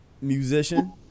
musician